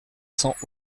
cents